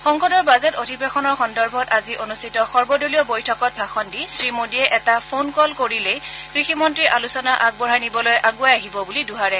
সংসদৰ বাজেট অধিৱেশন সন্দৰ্ভত আজি অনুষ্ঠিত সৰ্বদলীয় বৈঠকত ভাষণ দি শ্ৰী মোডীয়ে এটা ফোন ক'ল কৰিলেই কৃষি মন্ত্ৰী আলোচনা আগবঢ়াই নিবলৈ আগুৱাই আহিব বুলি দোহাৰে